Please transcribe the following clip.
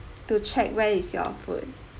to check where is your food